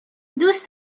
دوست